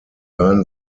learn